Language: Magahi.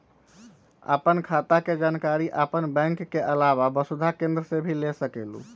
आपन खाता के जानकारी आपन बैंक के आलावा वसुधा केन्द्र से भी ले सकेलु?